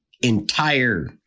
entire